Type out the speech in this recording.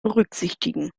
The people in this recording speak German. berücksichtigen